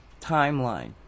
timeline